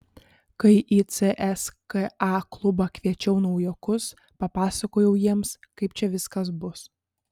kai į cska klubą kviečiau naujokus papasakojau jiems kaip čia viskas bus